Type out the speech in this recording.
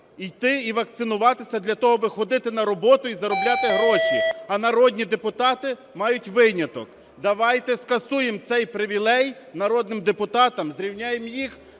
йти і вакцинуватися для того, аби ходити на роботу і заробляти гроші, а народні депутати мають виняток?" Давайте скасуємо цей привілей народним депутатам, зрівняємо їх